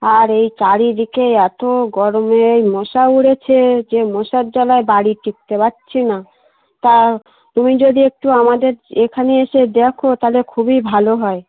আর এই চারিদিকে এই এত গরমে এই মশা উড়ছে যে মশার জ্বালায় বাড়ি টিকতে পারছি না তা তুমি যদি একটু আমাদের এখানে এসে দেখো তাহলে খুবই ভালো হয়